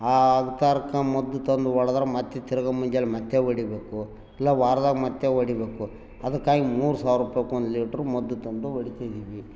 ಆ ಅದ್ಕಾರಕ್ಕ ಮದ್ದು ತಂದು ಹೊಡೆದ್ರು ಮತ್ತು ತಿರ್ಗ ಮುಂಜಾನೆ ಮತ್ತು ಹೊಡಿಬೇಕು ಇಲ್ಲ ವಾರದಾಗ್ ಮತ್ತು ಹೊಡಿಬೇಕು ಅದಕ್ಕಾಗಿ ಮೂರು ಸಾವಿರ ರುಪಾಯ್ಗೆ ಒಂದು ಲೀಟ್ರು ಮದ್ದು ತಂದು ಹೊಡಿತಿದ್ದೀವಿ